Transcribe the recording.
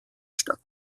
statt